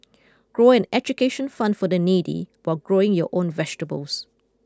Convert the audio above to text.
grow an education fund for the needy while growing your own vegetables